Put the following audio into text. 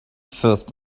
first